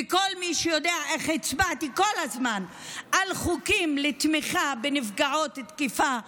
וכל מי שיודע איך הצבעתי כל הזמן על חוקים לתמיכה בנפגעות תקיפה מינית,